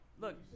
look